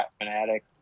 fanatic